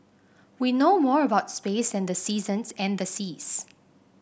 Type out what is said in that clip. we know more about space than the seasons and the seas